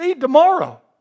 tomorrow